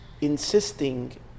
insisting